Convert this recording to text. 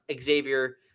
Xavier –